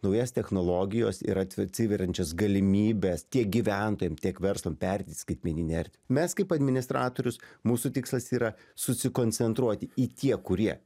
naujas technologijlos ir atv atsiveriančias galimybes tiek gyventojam tiek verslam pereit į skaitmeninę erdvę mes kaip administratorius mūsų tikslas yra susikoncentruoti į tie kurie